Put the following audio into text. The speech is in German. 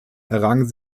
errang